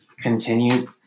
continue